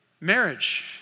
Marriage